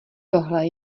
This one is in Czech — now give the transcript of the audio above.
tohle